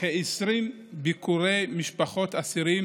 כ-20 ביקורי משפחות אסירים